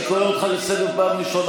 אני קורא אותך לסדר פעם ראשונה.